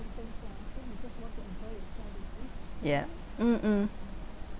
yeah mm mm